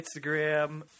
Instagram